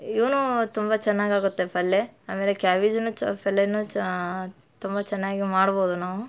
ಇವೂ ತುಂಬ ಚೆನ್ನಾಗಾಗುತ್ತೆ ಪಲ್ಯ ಆಮೇಲೆ ಕ್ಯಾಬೇಜುನೂ ಚ ಪಲ್ಯವೂ ಚಾ ತುಂಬ ಚೆನ್ನಾಗಿ ಮಾಡ್ಬೋದು ನಾವು